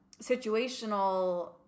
situational